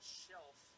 shelf